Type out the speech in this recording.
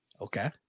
Okay